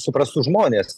suprastų žmonės